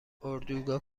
اردوگاه